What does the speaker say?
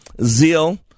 Zeal